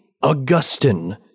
Augustine